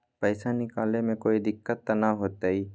पैसा निकाले में कोई दिक्कत त न होतई?